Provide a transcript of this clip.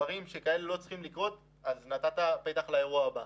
שדברים כאלה לא צריכים לקרות נתת פתח לאירוע הבא.